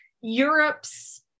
Europe's